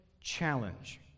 challenge